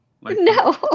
No